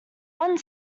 one